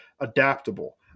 adaptable